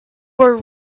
were